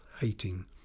hating